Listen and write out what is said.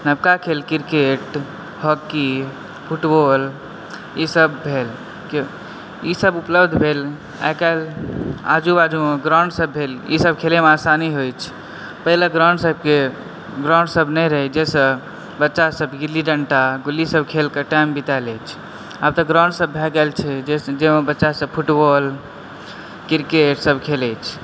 नबका खेल cricket hockey football ई सब भेल ई सब उपलब्ध भेल आइकाल्हि आजू बाजूमे ग्राउण्ड सब भेल ई सब खेलैमे आसानी होइछ पहिले ग्राउण्ड सबके ग्राउण्ड सब नै रहै जइसऽ बच्चा सब गिल्ली डण्टा गुल्ली सब खेलकऽ टाइम बिताए लैछ आब तऽ ग्राउण्ड सब भए गेल छै जइमे बच्चा सब फुटबॉल क्रिकेट सब खेलै छै